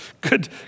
Good